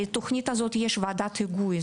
לתוכנית הזאת יש ועדת היגוי,